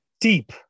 deep